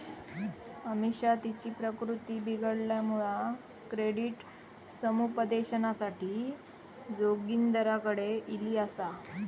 अमिषा तिची प्रकृती बिघडल्यामुळा क्रेडिट समुपदेशनासाठी जोगिंदरकडे ईली आसा